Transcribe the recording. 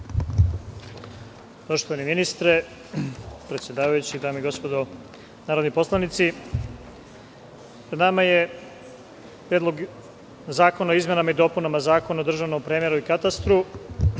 Poštovani ministre, predsedavajući, dame i gospodo narodni poslanici, pred nama je Predlog zakona o izmenama i dopunama Zakona o državnom premeru i katastru